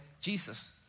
Jesus